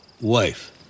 Wife